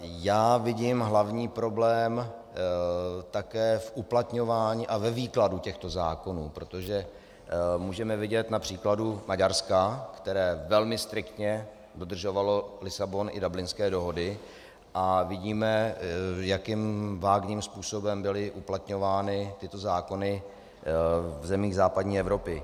Já vidím hlavní problém také v uplatňování a ve výkladu těchto zákonů, protože můžeme vidět na příkladu Maďarska, které velmi striktně dodržovalo Lisabon i Dublinské dohody, a vidíme, jakým vágním způsobem byly uplatňovány tyto zákony v zemích západní Evropy.